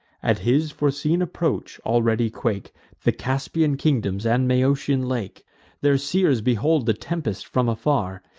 at his foreseen approach, already quake the caspian kingdoms and maeotian lake their seers behold the tempest from afar,